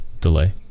delay